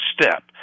step